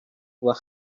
were